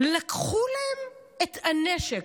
לקחו להם את הנשק?